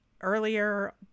earlier